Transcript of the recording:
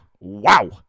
Wow